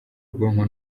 ubwonko